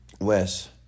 Wes